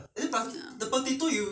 ya